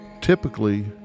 typically